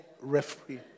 referee